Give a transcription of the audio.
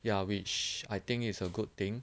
ya which I think is a good thing